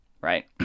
right